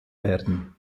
werden